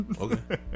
Okay